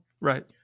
Right